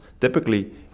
typically